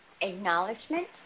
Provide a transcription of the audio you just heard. Acknowledgement